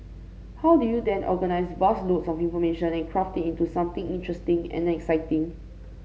how do you then organise vast loads of information and craft it into something interesting and exciting